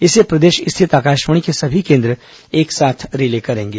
इसे प्रदेश स्थित आकाशवाणी के सभी केंद्र एक साथ रिले करेंगे